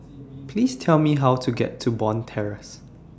Please Tell Me How to get to Bond Terrace